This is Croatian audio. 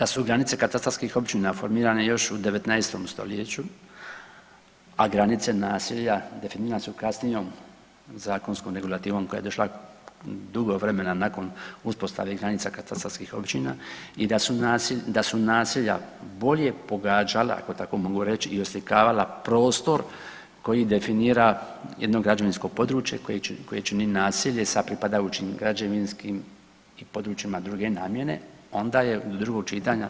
S obzirom da su granice katastarskih općina formirane još u 19. stoljeću, a granice naselja definirane su kasnijom zakonskom regulativom koja je došla dugo vremena nakon uspostave granica katastarskih općina i da su naselja bolje pogađala, ako tako mogu reć, i oslikavala prostor koji definira jedno građevinsko područje koje čini naselje sa pripadajućim građevinskim i područjima druge namjene onda je do drugog čitanja